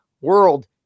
World